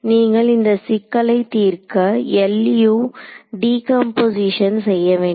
நீங்கள் இந்த சிக்கலை தீர்க்க LU டிக்கம்போசிஷன் செய்ய வேண்டும்